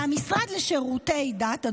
והמשרד לשירותי דת,